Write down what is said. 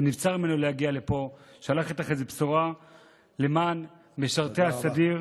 שנבצר ממנו להגיע לפה שלח איתך איזו בשורה למען משרתי הסדיר,